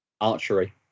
Archery